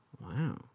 Wow